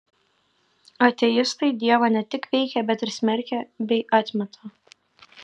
ateistai dievą ne tik peikia bet ir smerkia bei atmeta